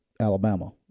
Alabama